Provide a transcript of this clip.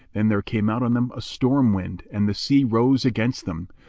then there came out on them a storm-wind and the sea rose against them,